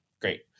Great